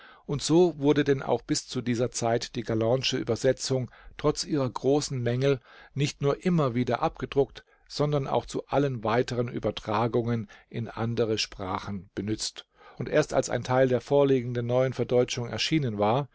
und so wurde denn auch bis zu dieser zeit die gallandsche übersetzung trotz ihrer großen mängel nicht nur immer wieder abgedruckt sondern auch zu allen weiteren übertragungen in andere sprachen benützt und erst als ein teil der vorliegenden neuen verdeutschung erschienen war